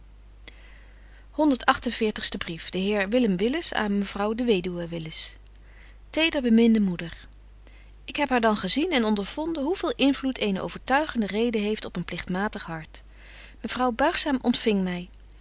veertigste brief de heer willem willis aan mejuffrouw de weduwe willis tederbeminde moeder ik heb haar dan gezien en ondervonden hoe veel invloed eene overtuigde reden heeft op een pligtmatig hart mevrouw buigzaam ontfing my